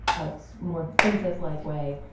ah it's more princess like way.